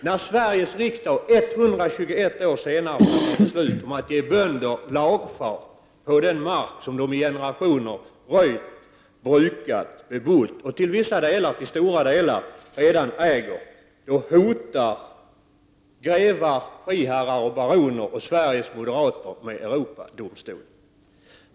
När Sveriges riksdag 121 år senare beslöt att ge bönder lagfart på den mark som de i generationer röjt, brukat, bebott och till stora delar redan äger, då hotar grevar, friherrar, baroner och moderater med Europadomstolen.